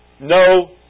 no